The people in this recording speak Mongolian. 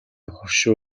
хошуу